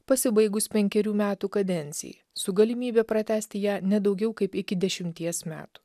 pasibaigus penkerių metų kadencijai su galimybe pratęsti ją ne daugiau kaip iki dešimties metų